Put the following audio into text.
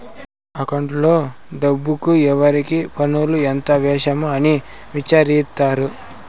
అకౌంట్లో డబ్బుకు ఎవరికి పన్నులు ఎంత వేసాము అని విచారిత్తారు